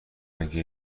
اگه